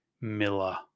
Miller